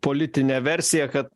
politinė versija kad